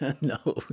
No